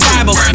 Bible